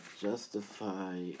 Justify